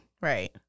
Right